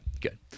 good